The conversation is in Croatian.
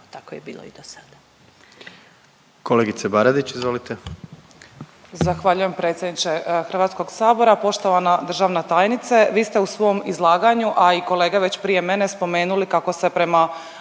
tako je bilo i dosada.